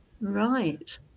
Right